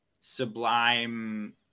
sublime